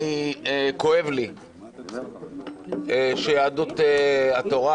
כואב לי שיהדות התורה